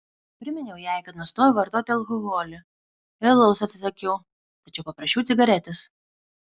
priminiau jai kad nustojau vartoti alkoholį ir alaus atsisakiau tačiau paprašiau cigaretės